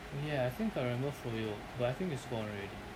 oh ya I think I remember froyo but I think it's gone already